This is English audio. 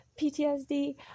PTSD